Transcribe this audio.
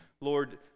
Lord